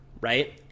right